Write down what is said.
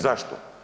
Zašto?